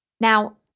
Now